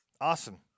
Awesome